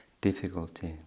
difficulty